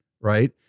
right